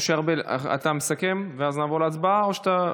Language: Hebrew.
משה ארבל, אתה מסכם, ואז נעבור להצבעה, או שאתה,